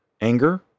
anger